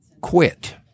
quit